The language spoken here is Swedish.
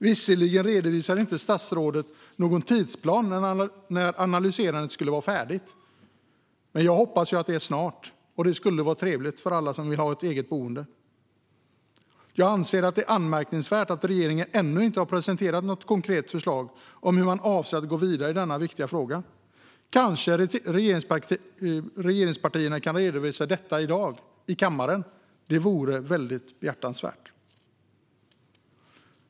Visserligen redovisade inte statsrådet någon tidsplan för när analyserandet skulle vara färdigt, men jag hoppas att det är snart. Det skulle vara trevligt för alla som vill ha ett eget boende. Det är anmärkningsvärt att regeringen ännu inte har presenterat något konkret förslag om hur man avser att gå vidare i denna viktiga fråga. Kan regeringspartierna kanske redovisa detta i kammaren i dag? Det vore önskvärt.